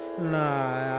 nine